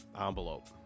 envelope